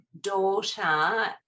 daughter